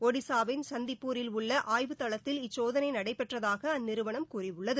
ஒடிசாவின் சந்திப்பூரில் உள்ள ஆய்வு தளத்தில் இச்சோதனை நடைபெற்றதாக அந்நிறுவனம் கூறியுள்ளது